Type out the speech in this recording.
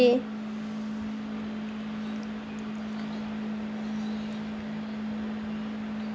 kay